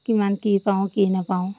কিমান কি পাওঁ কি নেপাওঁ